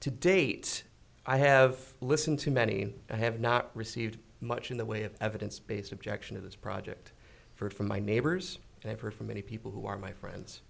to date i have listened to many i have not received much in the way of evidence based objection to this project for from my neighbors and i've heard from many people who are my friends